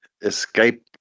escape